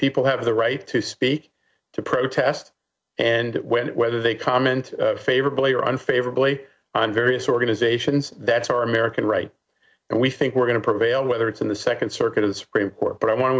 people have the right to speak to protest and when whether they comment favorably or unfavorably on various organizations that's our american right and we think we're going to prevail whether it's in the second circuit of the supreme court but i